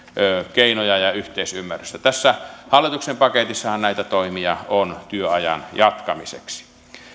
keinoja ja yhteisymmärrystä tässä hallituksen paketissahan on näitä toimia työajan jatkamiseksi